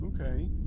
Okay